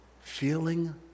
Feeling